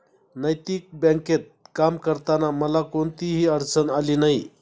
नैतिक बँकेत काम करताना मला कोणतीही अडचण आली नाही